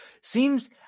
seems